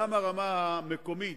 גם הרמה המקומית,